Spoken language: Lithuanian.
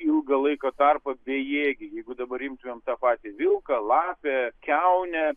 ilgą laiko tarpą bejėgiai jeigu dabar itumėm tą patį vilką lapę kiaunę